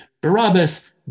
Barabbas